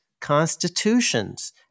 constitutions